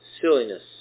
Silliness